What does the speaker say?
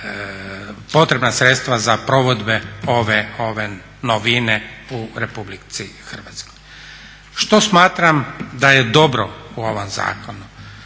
potrebna sredstva za provodbe ove novine u RH. Što smatram da je dobro u ovom zakonu?